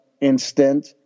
Instant